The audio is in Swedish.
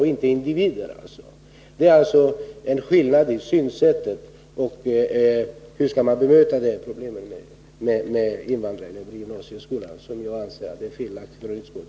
Det är alltså en skillnad i synsättet. Jag anser att det sätt på vilket utskottet vill möta invandrarelevernas problem i gymnasieskolan är felaktigt.